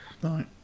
Right